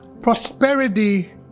Prosperity